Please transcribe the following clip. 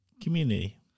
community